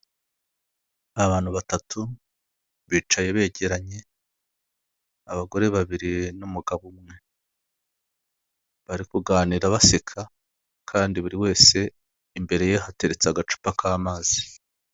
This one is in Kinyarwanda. Abantu batatu bicaye begeranye, abagore babiri n'umugabo umwe bari kuganira baseka kandi buri wese imbere ye hateretse agacupa k'amazi.